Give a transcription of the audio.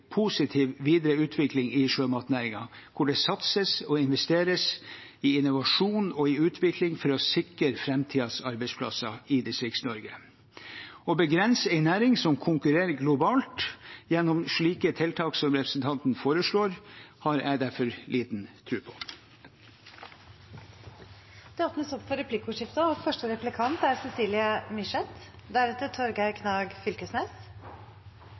i sjømatnæringen hvor det satses og investeres i innovasjon og utvikling for å sikre framtidens arbeidsplasser i Distrikts-Norge. Å begrense en næring som konkurrerer globalt, gjennom slike tiltak som representanten foreslår, har jeg derfor liten tro på. Det blir replikkordskifte. Det er mange gode ord om å sikre bearbeiding. Men som vi har diskutert tidligere, er